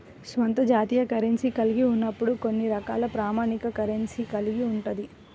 స్వంత జాతీయ కరెన్సీని కలిగి ఉన్నప్పుడు కొన్ని రకాల ప్రామాణిక కరెన్సీని కలిగి ఉంటది